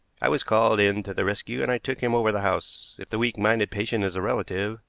i was called in to the rescue, and i took him over the house. if the weak-minded patient is a relative,